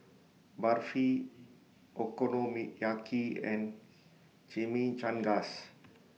Barfi Okonomiyaki and Chimichangas